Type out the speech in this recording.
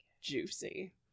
Juicy